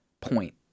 point